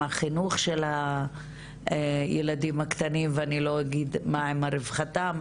החינוך של הילדים הקטנים ואני לא אדבר על רווחתם,